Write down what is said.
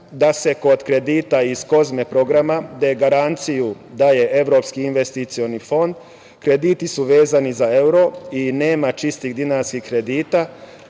da se kod kredita iz KOZME programa, gde garanciju daje Evropski investicioni fond, krediti su vezani za euro i nema čistih dinarskih kredita.